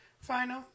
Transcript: Final